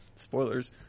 spoilers